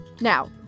Now